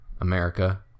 america